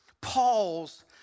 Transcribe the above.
Paul's